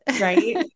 right